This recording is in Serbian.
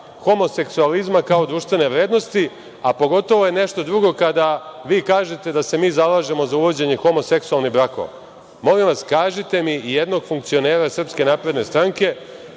homoseksualizma kao društvene vrednosti, a pogotovo je nešto drugo kada vi kažete da se mi zalažemo za uvođenje homoseksualnih brakova. Molim vas, kažite mi jednog funkcionera SNS, kažite